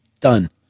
Done